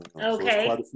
Okay